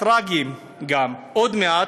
הטרגיים, עוד מעט,